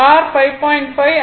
r 5